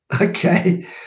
okay